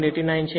89 છે